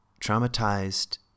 traumatized